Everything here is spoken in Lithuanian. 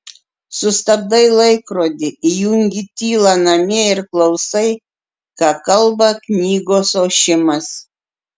sustabdai laikrodį įjungi tylą namie ir klausai ką kalba knygos ošimas